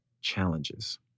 challenges